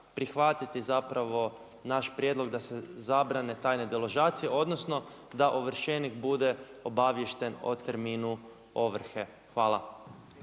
prihvatiti zapravo naš prijedlog da se zabrane tajne deložacije, odnosno da ovršenik bude obaviješten o terminu ovrhe? Hvala.